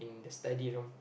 the study room